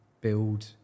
build